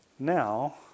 Now